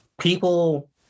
People